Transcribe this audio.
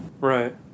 Right